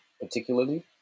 particularly